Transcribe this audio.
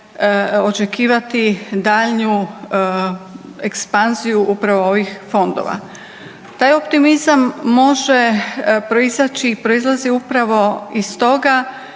očekivati daljnju ekspanziju upravo ovih fondova? Taj optimizam može proizaći i proizlazi upravo iz toga